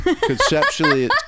conceptually